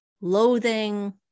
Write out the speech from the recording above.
loathing